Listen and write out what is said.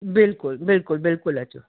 बिल्कुलु बिल्कुलु बिल्कुलु अचो